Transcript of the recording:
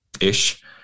ish